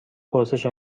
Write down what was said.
پرسش